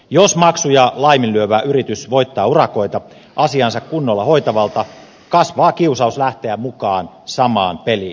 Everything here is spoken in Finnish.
jos maksuja laiminlyövä yritys voittaa urakoita asiansa kunnolla hoitavalta kasvaa kiusaus lähteä mukaan samaan peliin